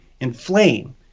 inflame